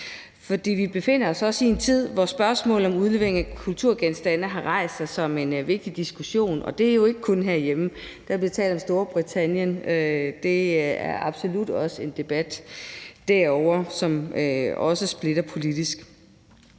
Vi befinder os også i en tid, hvor spørgsmål om udlevering af kulturgenstande har rejst sig som en vigtig diskussion, og det er jo ikke kun herhjemme. Der bliver talt om Storbritannien; det er absolut også en debat derovre, som splitter politisk.